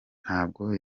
ntabwo